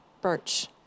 birch